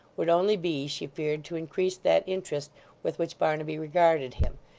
would only be, she feared, to increase that interest with which barnaby regarded him,